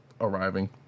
arriving